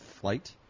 flight